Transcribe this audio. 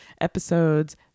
episodes